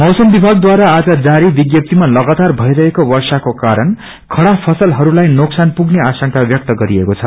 मौसम विभागद्वारा आज जारी विज्ञप्तीामा लगातार भइरहेको वष्पको कारण खड़ा पसलहरूमा नोक्सान पुग्ने आशंका व्यक्त गरिएको छ